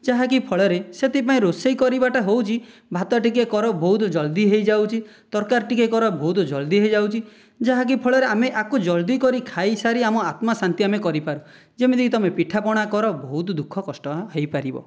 ଯାହାକି ଫଳରେ ସେଥିପାଇଁ ରୋଷେଇ କରିବାଟା ହେଉଛି ଭାତ ଟିକେ କର ବହୁତ ଜଲଦି ହୋଇଯାଉଛି ତରକାରୀ ଟିକେ କର ବହୁତ ଜଲଦି ହୋଇଯାଉଛି ଯାହାକି ଫଳରେ ଆମେ ଏହାକୁ ଜଲଦି କରି ଖାଇସାରି ଆମ ଆତ୍ମା ଶାନ୍ତି ଆମେ କରିପାରୁ ଯେମିତିକି ତୁମେ ପିଠାପଣା କର ବହୁତ ଦୁଃଖକଷ୍ଟ ହୋଇପାରିବ